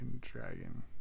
Dragon